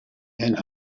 and